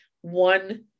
one